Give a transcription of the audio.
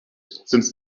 since